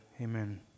amen